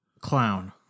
Clown